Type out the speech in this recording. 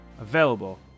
available